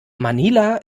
manila